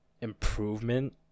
improvement